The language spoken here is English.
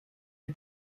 for